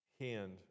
hand